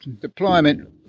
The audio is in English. deployment